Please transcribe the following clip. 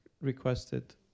requested